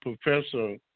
Professor